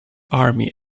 army